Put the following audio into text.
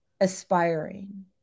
aspiring